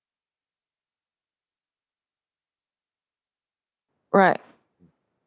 right